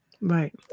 Right